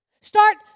Start